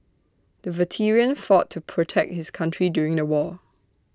the veteran fought to protect his country during the war